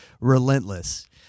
relentless